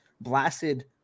blasted